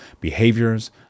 behaviors